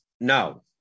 No